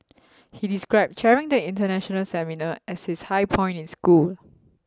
he described chairing the international seminar as his high point in school